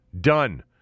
done